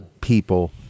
people